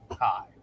Hi